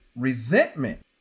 resentment